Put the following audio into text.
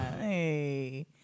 Hey